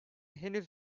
henüz